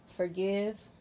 Forgive